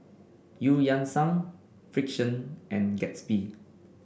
Eu Yan Sang Frixion and Gatsby